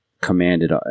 commanded